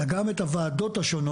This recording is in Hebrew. אלא גם את הוועדות השונות.